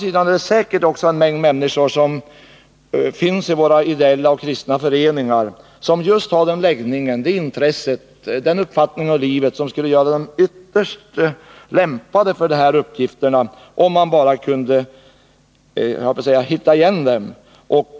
I våra ideella och kristna föreningar finns det säkert många människor som har den läggning, det intresse och den uppfattning om livet som skulle göra dem ytterst lämpade för dessa uppgifter. Det gäller bara att hitta dessa människor.